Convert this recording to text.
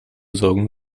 sorgen